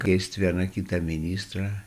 keist vieną kitą ministrą